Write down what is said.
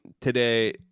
today